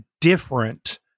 different